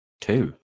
two